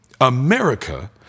America